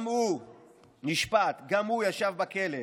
גם הוא נשפט, גם הוא ישב בכלא.